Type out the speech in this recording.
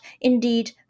indeed